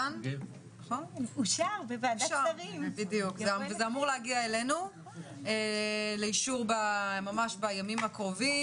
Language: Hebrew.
זה אמור להגיע אלינו לאישור ממש בימים הקרובים